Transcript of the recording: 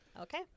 Okay